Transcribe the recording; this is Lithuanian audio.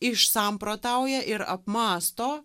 išsamprotauja ir apmąsto